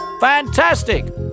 Fantastic